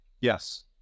Yes